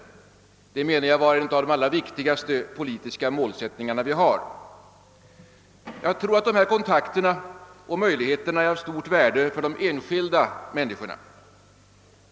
Enligt min mening är detta en av de viktigaste politiska målsättningarna. Jag tror att de här kontakterna och möjligheterna är av stort värde för de enskilda människorna.